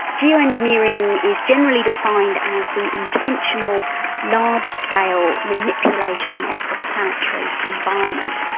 geo-engineering is generally defined as the intentional large-scale manipulation of the planetary environment.